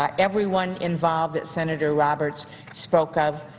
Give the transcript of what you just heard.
um everyone involved that senator roberts spoke of.